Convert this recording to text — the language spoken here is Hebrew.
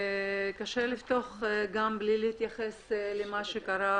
וקשה לפתוח את הנושא בלי להתייחס למה שקרה